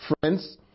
Friends